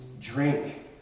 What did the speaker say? drink